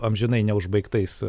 amžinai neužbaigtais